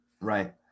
Right